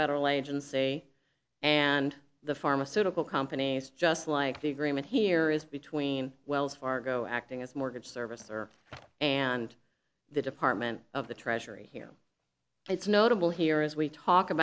federal agency and the pharmaceutical companies just like the agreement here is between wells fargo acting as mortgage servicer and the department of the treasury it's notable here as we talk